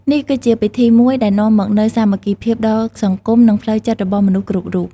នេះគឺជាពិធីមួយដែលនាំមកនូវសាមគ្គីភាពដល់សង្គម និងផ្លូវចិត្តរបស់មនុស្សគ្រប់រូប។